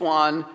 one